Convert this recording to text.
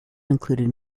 included